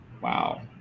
Wow